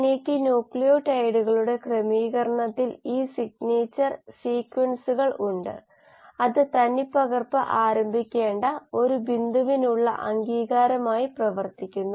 ആയതിനാൽ r അതായത് r0 r1 r2 എന്നിവയുടെ സാധാരണ യൂണിറ്റുകൾ ഒരു ഗ്രാം സെല്ലിന് മില്ലി മോളാണ് ഇത് വ്യാപ്തത്തെയല്ല പിണ്ഡത്തെ അടിസ്ഥാനമാക്കിയാണ് ക്രമപ്പെടുത്തിയിരിക്കുന്നത്